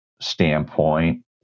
standpoint